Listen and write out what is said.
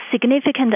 significant